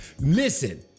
listen